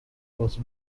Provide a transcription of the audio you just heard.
was